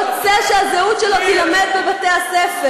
שרוצה שהזהות שלו תילמד בבתי-הספר,